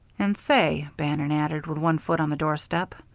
and say, bannon added, with one foot on the doorstep,